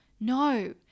No